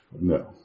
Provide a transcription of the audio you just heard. No